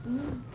mm